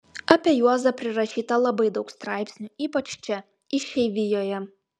apie juozą prirašyta labai daug straipsnių ypač čia išeivijoje